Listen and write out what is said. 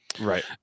right